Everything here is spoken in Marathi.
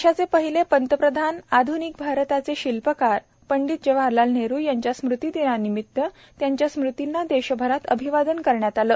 देशाचे पहिले पंतप्रधान आध्निक भारताचे शिल्पकार स्वर्गीय पंडित जवाहरलाल नेहरु यांच्या स्मृतीदिनानिमित्त त्यांच्या स्मुर्तीना देशभरात अभिवादन करण्यात आले